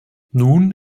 nun